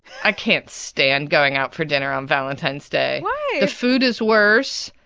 i can't stand going out for dinner on valentine's day why? the food is worse.